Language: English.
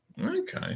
Okay